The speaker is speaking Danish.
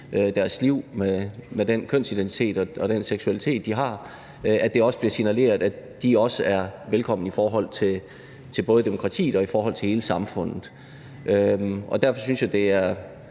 deres liv med den kønsidentitet og den seksualitet, de har, også er velkomne i forhold til både demokratiet og i forhold til hele samfundet. Derfor synes jeg, det er